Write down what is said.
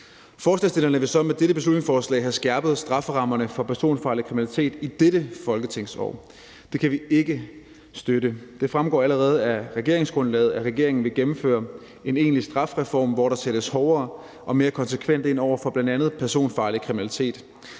Forslagsstillerne vil så med dette beslutningsforslag have skærpet strafferammerne for personfarlig kriminalitet i dette folketingsår. Det kan vi ikke støtte. Det fremgår allerede af regeringsgrundlaget, at regeringen vil gennemføre en egentlig strafreform, hvor der sættes hårdere og mere konsekvent ind over for bl.a. personfarlig kriminalitet.